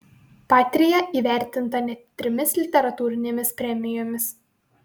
patria įvertinta net trimis literatūrinėmis premijomis